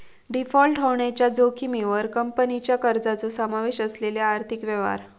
default होण्याच्या जोखमीवर कंपनीच्या कर्जाचो समावेश असलेले आर्थिक व्यवहार